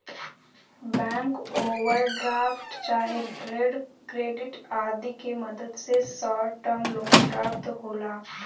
bank overdraft चाहे trade credit आदि के मदद से शॉर्ट टर्म लोन प्राप्त होला